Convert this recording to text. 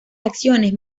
acciones